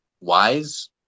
wise